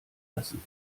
lassen